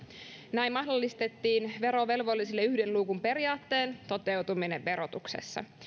näin mahdollistettiin verovelvollisille yhden luukun periaatteen toteutuminen verotuksessa